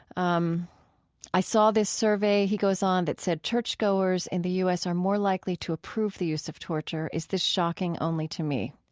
um i saw this survey, he goes on, that said churchgoers in the u s. are more likely to approve the use of torture. is this shocking only to me?